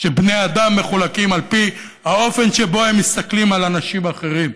שבני אדם מחולקים על פי האופן שבו הם מסתכלים על אנשים אחרים: